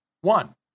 One